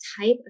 type